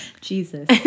Jesus